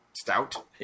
stout